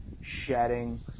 shedding